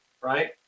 right